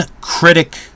critic